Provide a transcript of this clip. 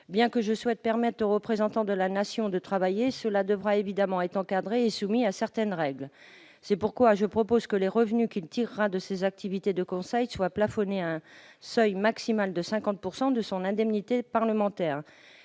Bien que je souhaite permettre aux représentants de la Nation de travailler, cela doit évidemment être encadré et soumis à certaines règles. C'est pourquoi je propose que les revenus tirés des activités de conseil soient plafonnés à un seuil de 50 % de l'indemnité parlementaire,